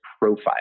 profile